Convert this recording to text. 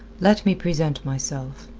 let me present myself.